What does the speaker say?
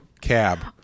cab